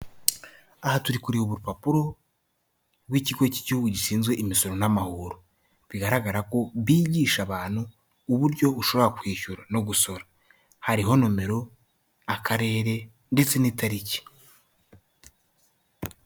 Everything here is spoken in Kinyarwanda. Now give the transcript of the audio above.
Aha turi kureba urupapuro rw'ikigo cy'igihugu gishinzwe imisoro n'amahoro. Bigaragara ko bigisha abantu uburyo ushobora kwishyura no gusora. Hariho nomero, akarere ndetse n'itariki.